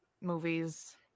movies